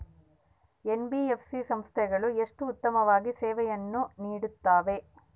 NBFC ಸಂಸ್ಥೆಗಳು ಎಷ್ಟು ಉತ್ತಮವಾಗಿ ಸೇವೆಯನ್ನು ನೇಡುತ್ತವೆ?